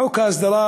חוק ההסדרה